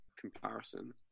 comparison